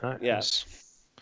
yes